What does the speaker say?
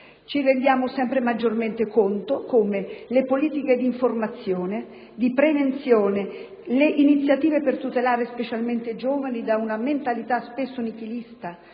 Ci rendiamo sempre più conto di come le politiche di informazione e di prevenzione e le iniziative per tutelare specialmente i giovani da una mentalità spesso nichilista